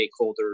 stakeholders